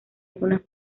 algunas